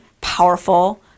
powerful